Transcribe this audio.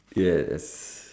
yes